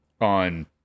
on